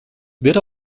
wird